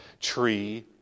tree